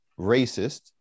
racist